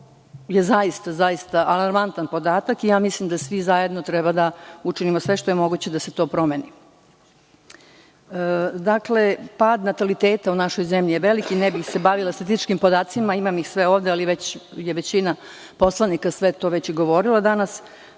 što je zaista alarmantan podatak. Mislim da svi zajedno treba da učinimo sve što je moguće da se to promeni. Pad nataliteta u našoj zemlji je veliki. Ne bih se bavila statističkim podacima, imam ih sve ovde, ali većina poslanika je sve to već govorila danas.